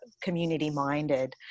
Community-minded